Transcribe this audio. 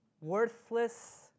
Worthless